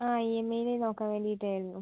ആ ഇ എം ഐയിൽ നോക്കാൻ വേണ്ടീട്ടായിരുന്നു